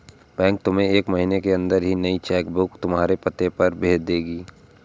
bank तुम्हें एक महीने के अंदर ही नई चेक बुक तुम्हारे पते पर भेज देगी